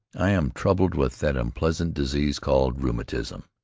i am troubled with that unpleasant disease called rheumatism,